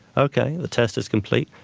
okay, the test is complete,